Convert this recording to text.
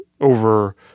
over